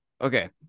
Okay